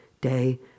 day